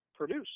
produce